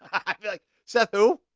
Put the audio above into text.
i'd be like, seth who?